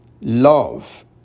love